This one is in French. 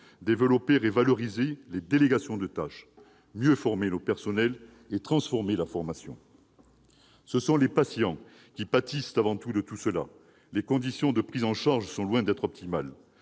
développer et valoriser les délégations de tâches, mieux former nos personnels et transformer la formation ? Ce sont les patients qui en pâtissent avant tout : les conditions de prises en charge sont loin d'être optimales.